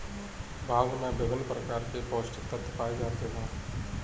भांग में विभिन्न प्रकार के पौस्टिक तत्त्व पाए जाते हैं